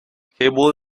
cable